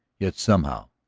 yet somehow.